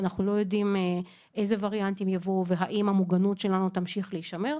אנחנו לא יודעים אילו וריאנטים יבואו ואם המוגנות שלנו תמשיך להישמר.